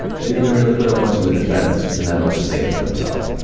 didn't even really put up much of a defense, just didn't have much to say for himself.